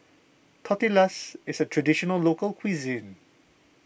Tortillas is a Traditional Local Cuisine